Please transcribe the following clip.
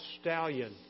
stallion